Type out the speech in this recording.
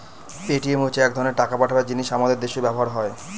Paytm হচ্ছে এক ধরনের টাকা পাঠাবার জিনিস আমাদের দেশেও ব্যবহার হয়